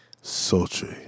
sultry